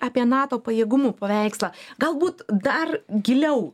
apie nato pajėgumų paveikslą galbūt dar giliau